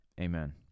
Amen